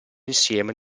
insieme